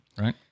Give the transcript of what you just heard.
Right